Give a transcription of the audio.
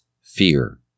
FEAR